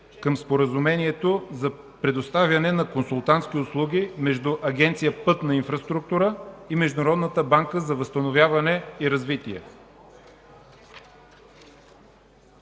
към Споразумението за предоставяне на консултантски услуги между Агенция „Пътна инфраструктура” и Международната банка за възстановяване и развитие,